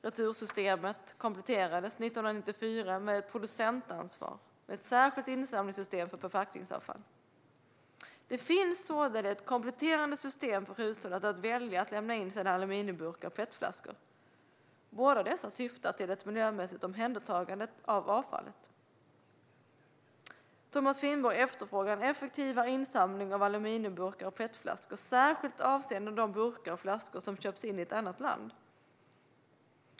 Retursystemet kompletterades 1994 med ett producentansvar med ett särskilt insamlingssystem för förpackningsavfall. Det finns således kompletterande system för hushållen att välja för att lämna sina aluminiumburkar och petflaskor. Båda dessa syftar till ett miljömässigt omhändertagande av avfallet. Thomas Finnborg efterfrågar en effektivare insamling av aluminiumburkar och petflaskor, särskilt avseende de burkar och flaskor som köps i ett annat land.